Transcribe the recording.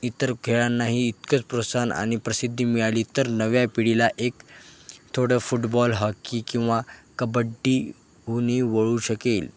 इतर खेळांनाही इतकंच प्रोत्साहन आणि प्रसिद्धी मिळाली तर नव्या पिढीला एक थोडं फुटबॉल हॉकी किंवा कबड्डीहूनही वळू शकेल